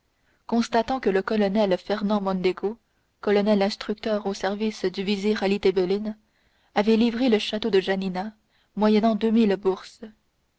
constatant que le colonel fernand mondego colonel instructeur au service du vizir ali tebelin avait livré le château de janina moyennant deux mille bourses